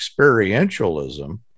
experientialism